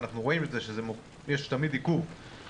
ואנחנו רואים שיש תמיד עיכוב,